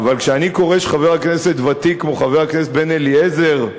כשאני קורא שחבר כנסת ותיק, חבר הכנסת בן-אליעזר,